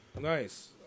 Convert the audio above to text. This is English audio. Nice